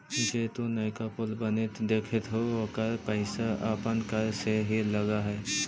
जे तु नयका पुल बनित देखित हहूँ एकर पईसा अपन कर से ही लग हई